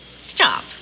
stop